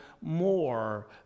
more